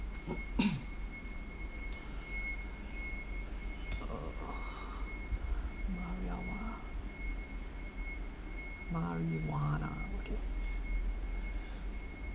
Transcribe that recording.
uh marijua~ marijuana okay